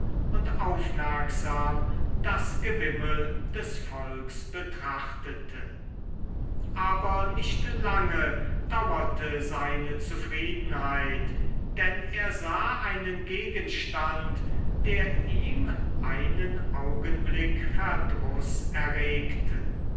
und aufmerksam das gewimmel des volks betrachtete aber nicht lange dauerte seine zufriedenheit denn er sah einen gegenstand der ihm einen augenblick verdruß erregte